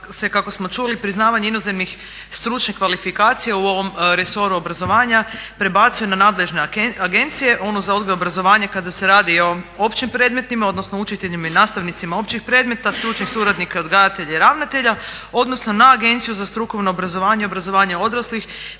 kako smo čuli priznavanje inozemnih stručnih kvalifikacija u ovom resoru obrazovanja prebacuje na nadležne agencije onu za odgoj i obrazovanje kada se radi o općim predmetima, odnosno učiteljima i nastavnicima općih predmeta, stručnih suradnika, odgajatelja i ravnatelja odnosno na Agenciju za strukovno obrazovanje i obrazovanje odraslih